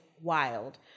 wild